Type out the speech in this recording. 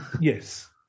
Yes